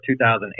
2008